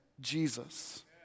Jesus